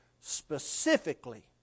specifically